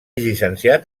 llicenciat